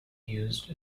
used